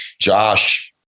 Josh